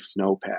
snowpack